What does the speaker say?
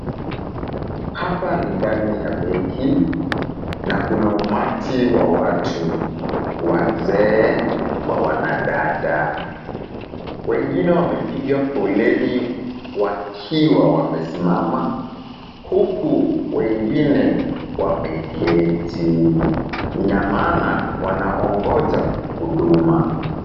Hapa ni ndani ya benki na kuna umati wa watu, wazee kwa wanadada. Wengine wamepiga foleni wakiwa wamesimama, huku wengine wameketi. Ina maana wanaongoja huduma.